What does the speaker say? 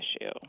issue